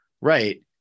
right